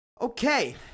Okay